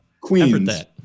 Queens